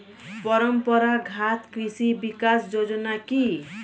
পরম্পরা ঘাত কৃষি বিকাশ যোজনা কি?